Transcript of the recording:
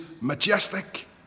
majestic